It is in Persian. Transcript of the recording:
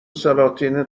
سلاطین